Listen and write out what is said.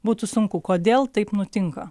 būtų sunku kodėl taip nutinka